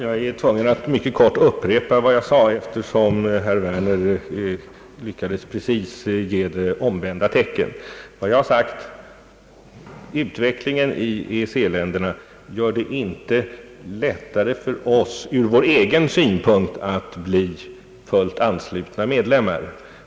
Herr talman! Jag skall mycket kort upprepa vad jag sade, eftersom herr Werner lyckades ge det precis omvända tecken. Jag sade att utvecklingen i EEC-länderna inte gör det lättare för oss att acceptera Romfördragets villkor för fullt medlemskap.